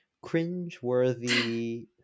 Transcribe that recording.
cringe-worthy